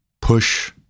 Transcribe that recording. push